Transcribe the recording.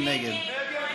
מי נגד?